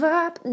up